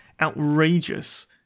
outrageous